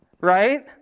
right